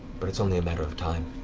but it's only a matter of time.